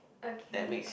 okay